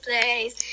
place